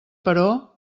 però